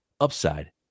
upside